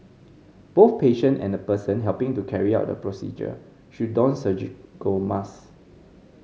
both patient and the person helping to carry out the procedure should don surgical mask